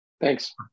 Thanks